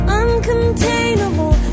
uncontainable